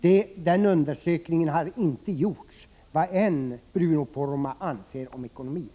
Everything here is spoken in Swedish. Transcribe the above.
Den undersökningen har inte gjorts, vad än Bruno Poromaa anser om ekonomin.